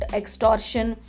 extortion